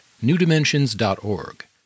newdimensions.org